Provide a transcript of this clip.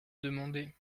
demandé